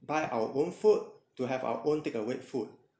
buy our own food to have our own take away food